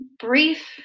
brief